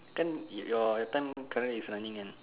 ten your your time current is running um